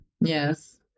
Yes